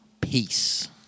Peace